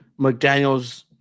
McDaniels